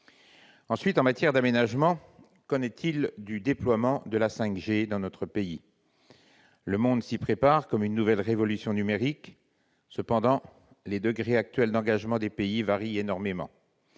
Ensuite, en matière d'aménagement, qu'en est-il du déploiement de la 5G dans notre pays ? Le monde s'y prépare, comme une nouvelle révolution numérique. Cependant, les degrés actuels d'engagement des pays varient énormément,